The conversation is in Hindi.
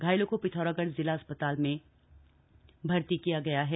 घायलों को पिथौरागढ़ जिला अस्पताल में भर्ती किया गया है